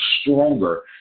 stronger